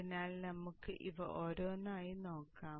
അതിനാൽ നമുക്ക് അവ ഓരോന്നായി നോക്കാം